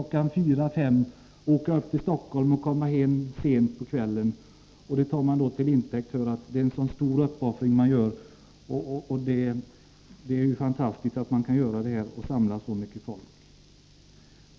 4 eller 5, åka till Stockholm och komma hem sent på kvällen. Det tar man som intäkt för att det är en stor uppoffring som görs och att det är fantastiskt att man kan samla så mycket folk.